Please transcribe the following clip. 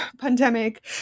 pandemic